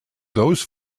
those